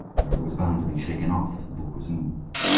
where it was bound to be shaken off if the book was moved.